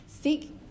seek